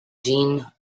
jean